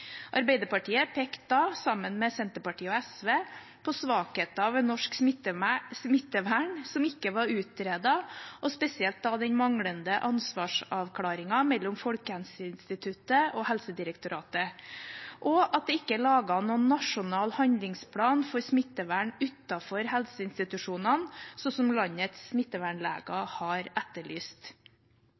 Arbeiderpartiet pekte da, sammen med Senterpartiet og SV, på svakheter ved norsk smittevern som ikke var utredet, spesielt den manglende ansvarsavklaringen mellom Folkehelseinstituttet og Helsedirektoratet, og at det ikke er laget noen nasjonal handlingsplan for smittevern utenfor helseinstitusjonene, sånn som landets smittevernleger har etterlyst.